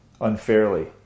unfairly